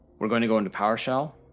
we're going to go into powershell.